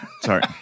Sorry